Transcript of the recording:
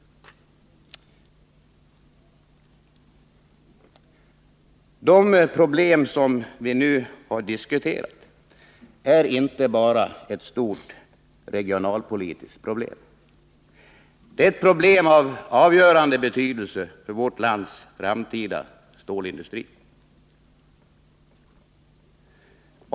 De problem som vi nu diskuterar är inte bara regionalpolitiska utan av avgörande betydelse för hela vårt lands framtida stålindustri.